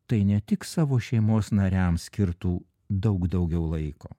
tai ne tik savo šeimos nariam skirtų daug daugiau laiko